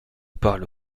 parle